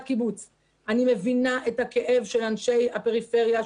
קיבוץ - שאני מבינה את הכאב של אנשי הפריפריה,